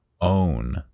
own